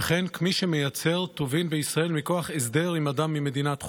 וכן כמי שמייצר טובין בישראל מכוח הסדר עם אדם ממדינת חוץ.